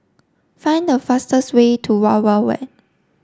find the fastest way to Wild Wild Wet